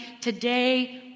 today